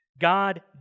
God